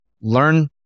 learn